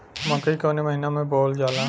मकई कवने महीना में बोवल जाला?